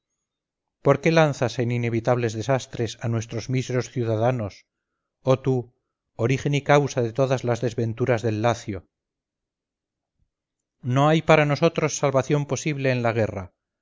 por qué lanzas en inevitables desastres a nuestros míseros ciudadanos oh tú origen y causa de todas las desventuras del lacio no hay para nosotros salvación posible en la guerra